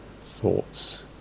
Thoughts